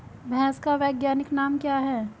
भैंस का वैज्ञानिक नाम क्या है?